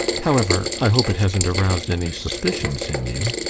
however, i hope it hasn't aroused any suspicions in you?